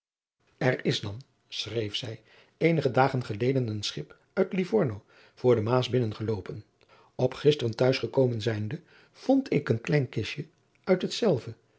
er is dan schreef zij eenige dagen geleden een schip uit livorno voor de maas binnen geloopen op gisteren t'huis gekomen zijnde vond ik een klein kistje uit hetzelve